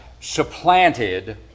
supplanted